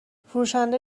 فروشنده